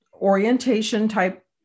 orientation-type